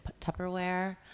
Tupperware